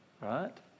right